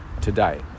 today